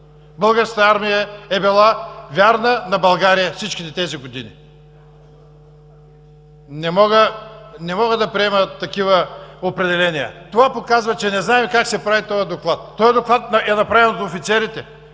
Българската армия е била вярна на България всичките тези години. Не мога да приема такива определения! Това показва, че не знаем как се прави този Доклад. Този Доклад е направен от офицерите,